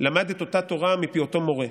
ולמד את אותה תורה מפי אותו מורה.